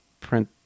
print